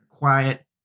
Quiet